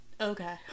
Okay